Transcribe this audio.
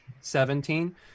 Seventeen